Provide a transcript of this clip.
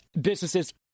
businesses